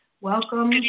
Welcome